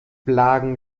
blagen